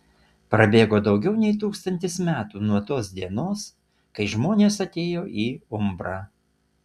prabėgo daugiau nei tūkstantis metų nuo tos dienos kai žmonės atėjo į umbrą